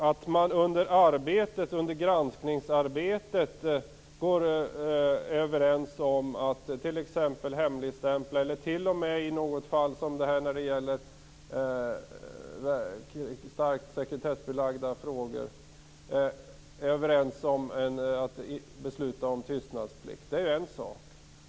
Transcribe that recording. Att man under granskningsarbetet är överens om att t.ex. hemligstämpla eller i starkt sekretessbelagda frågor besluta om tystnadsplikt är en sak.